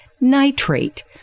nitrate